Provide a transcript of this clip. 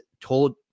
told